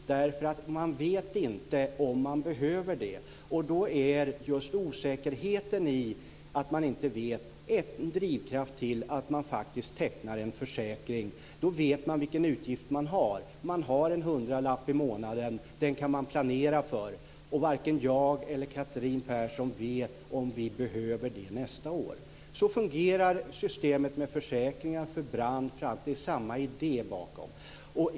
Det är just för att man inte vet om man behöver det. Just osäkerheten i att man inte vet är då en drivkraft för att faktiskt teckna en försäkring. Då vet man vilken utgift man har. Man har en hundralapp i månaden. Det kan man planera för, och varken jag eller Catherine Persson vet om vi behöver det här nästa år. Så fungerar systemet med försäkringar mot brand. Det är samma idé som ligger bakom.